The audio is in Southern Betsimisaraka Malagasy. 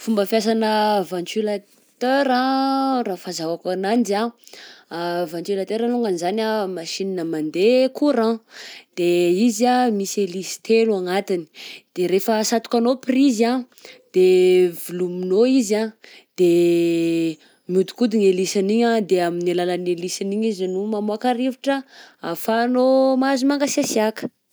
Fomba fiasanà ventulateur anh raha fahazahaoko ananjy anh ventilateur alongany izany anh de machine mandeha courant, de izy anh misy hélice telo agnatiny, de rehefa asatokanao prizy anh de velominao izy anh de miodikodigna hélice-an'igny anh de amin'ny alalan'ny hélice-ny igny izy no mamoaka rivotra ahafahanao mahazo mangasiasiaka.